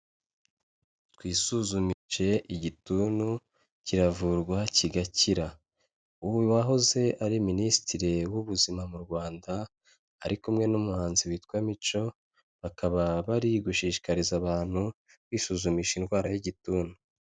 Twisuzumishe igituntu kiravurwa kigakira. Uwahoze ari Minisitire w'ubuzima mu Rwanda ari kumwe n'umuhanzi witwa Mico, bakaba bari gushishikariza abantu kwisuzumisha indwara y'igituntu.